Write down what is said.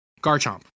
Garchomp